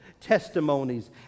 testimonies